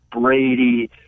brady